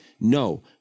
no